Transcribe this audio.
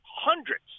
hundreds